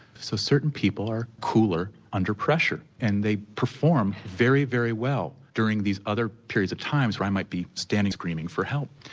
so certain people are cooler under pressure and they perform very, very well during these other periods of times where i might be standing screaming for help.